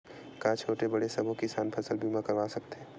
का छोटे बड़े सबो किसान फसल बीमा करवा सकथे?